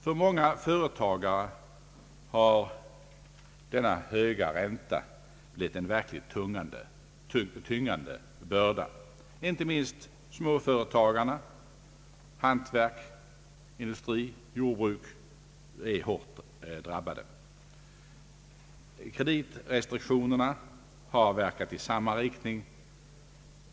För många företagare har denna höga ränta blivit en verkligt tyngande börda; inte minst småföretagarna inom hantverk, industri och jordbruk är hårt drabbade. Kreditrestriktionerna har verkat i samma riktning.